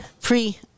Pre